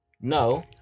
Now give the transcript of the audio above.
No